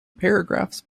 paragraphs